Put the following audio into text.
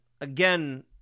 again